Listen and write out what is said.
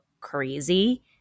crazy